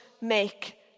make